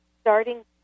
starting